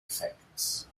effects